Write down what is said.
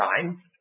time